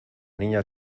niña